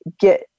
get